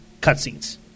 cutscenes